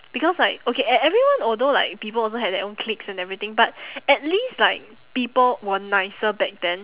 because like okay e~ everyone although like people also had their own cliques and everything but at least like people were nicer back then